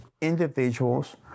individuals